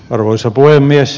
arvoisa puhemies